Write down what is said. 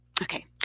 Okay